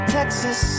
Texas